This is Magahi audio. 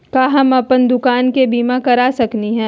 का हम अप्पन दुकान के बीमा करा सकली हई?